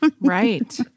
Right